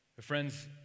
Friends